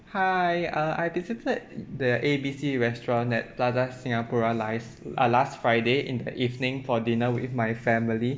hi uh I visited the A B C restaurant at plaza singapura li~ uh last friday in the evening for dinner with my family